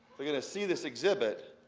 they're going to see this exhibit,